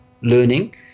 learning